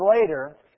later